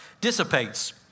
dissipates